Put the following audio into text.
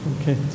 Okay